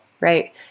Right